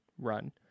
run